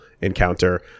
encounter